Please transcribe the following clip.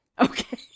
Okay